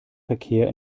verkehr